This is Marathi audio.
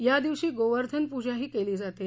यादिवशी गोवर्धन पूजाही केली जाते